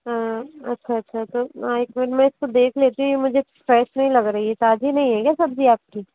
हाँ अच्छा अच्छा तो हाँ एक मिनट मैं इसको देख लेती हूँ ये मुझे फ्रेश नहीं लग रही है ये ताजी नहीं है क्या सब्जी आपकी